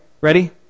Ready